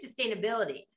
sustainability